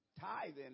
tithing